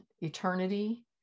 eternity